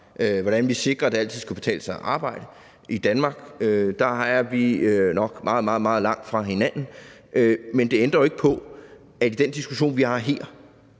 hvordan vi sikrer, at det altid skal kunne betale sig at arbejde i Danmark – der er vi nok meget, meget langt fra hinanden. Men det ændrer jo ikke på, at vi i den diskussion, vi har her,